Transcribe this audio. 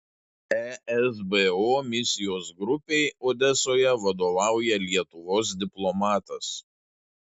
esbo misijos grupei odesoje vadovauja lietuvos diplomatas